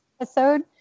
episode